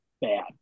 bad